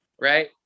right